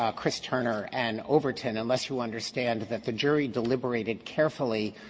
ah chris turner and overton, unless you understand that the jury deliberated carefully,